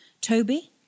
Toby